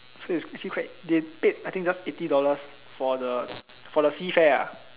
so it's actually quite they paid I think just eighty dollars for the for the sea fare ah